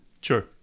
Sure